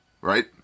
Right